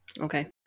okay